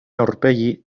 aurpegi